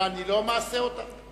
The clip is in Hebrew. אני לא מהסה אותן.